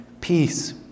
Peace